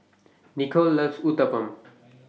Nicolle loves Uthapam